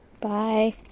Bye